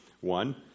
One